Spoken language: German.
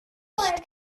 nicht